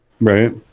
Right